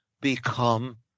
become